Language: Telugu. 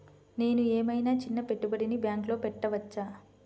నేను ఏమయినా చిన్న పెట్టుబడిని బ్యాంక్లో పెట్టచ్చా?